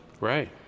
Right